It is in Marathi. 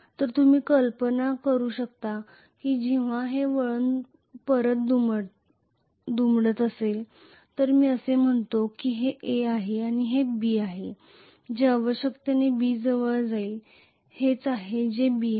तर तुम्ही कल्पना करू शकता की जेव्हा हे वळण परत दुमडत असेल तर मी असे म्हणतो की हे A आहे आणि हे B आहे जे आवश्यकतेने B जवळ येईल हेच आहे जे हे B आहे